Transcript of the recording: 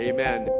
Amen